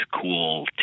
cool